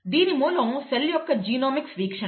దీని మూలం సెల్ యొక్క జెనోమిక్స్ వీక్షణ